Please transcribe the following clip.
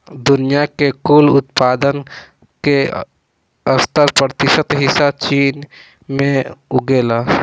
दुनिया के कुल उत्पादन के सत्तर प्रतिशत हिस्सा चीन में उगेला